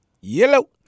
yellow